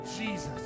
Jesus